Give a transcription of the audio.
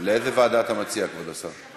לאיזו ועדה אתה מציע, כבוד השר?